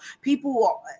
people